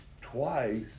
twice